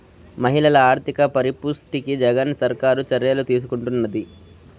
మహిళల ఆర్థిక పరిపుష్టికి జగన్ సర్కారు చర్యలు తీసుకుంటున్నది